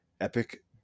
epic